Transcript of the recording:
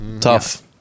tough